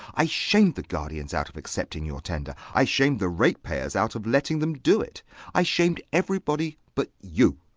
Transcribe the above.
i shamed the guardians out of accepting your tender i shamed the ratepayers out of letting them do it i shamed everybody but you.